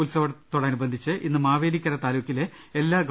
ഉത്സവത്തോടനുബ്ബ്സിച്ച് ഇന്ന് മാവേ ലിക്കര താലൂക്കിലെ എല്ലാ ഗവ